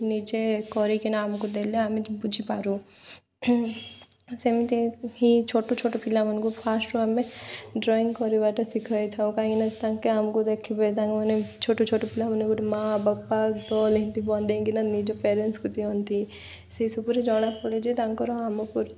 ନିଜେ କରିକିନା ଆମକୁ ଦେଲେ ଆମେ ବୁଝିପାରୁ ସେମିତି ହିଁ ଛୋଟ ଛୋଟ ପିଲାମାନଙ୍କୁ ଫାଷ୍ଟରୁ ଆମେ ଡ୍ରଇଂ କରିବାଟା ଶିଖାଇ ଥାଉ କାହିଁକିନା ତାଙ୍କେ ଆମକୁ ଦେଖିବେ ତାଙ୍କେ ମାନେ ଛୋଟ ଛୋଟ ପିଲାମାନେ ଗୋଟେ ମାଆ ବାପା ଡଲ୍ ହେଇଥିବ ଡେଇଁ କିନା ନିଜ ପ୍ୟାରେଣ୍ଟସ୍କୁ ଦିଅନ୍ତି ସେଇ ସବୁରେ ଜଣାପଡ଼େ ଯେ ତାଙ୍କର ଆମ